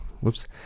whoops